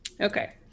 Okay